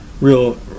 Real